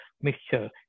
mixture